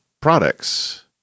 products